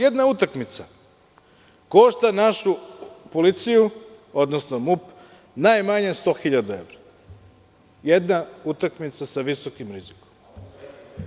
Jedna utakmica košta našu policiju, odnosno MUP najmanje 100.000 evra, jedna utakmica sa visokim rizikom.